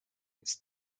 its